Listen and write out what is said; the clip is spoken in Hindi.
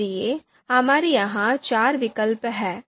इसलिए हमारे यहां चार विकल्प हैं